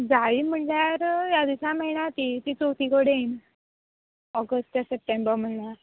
जाय म्हणल्यार ह्या दिसांनी मेळना ती ती चवथी कडेन ऑगस्ट ते सप्टेंबर म्हणल्यार